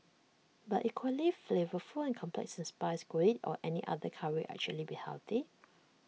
but equally flavourful and complex in spice could IT or any other Curry actually be healthy